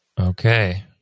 Okay